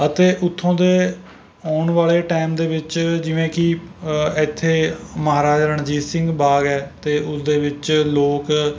ਅਤੇ ਉੱਥੋਂ ਦੇ ਆਉਣ ਵਾਲੇ ਟਾਈਮ ਦੇ ਵਿੱਚ ਜਿਵੇਂ ਕਿ ਇੱਥੇ ਮਹਾਰਾਜਾ ਰਣਜੀਤ ਸਿੰਘ ਬਾਗ ਹੈ ਅਤੇ ਉਸ ਦੇ ਵਿੱਚ ਲੋਕ